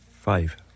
Five